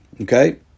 Okay